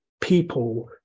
people